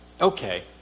Okay